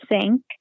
sink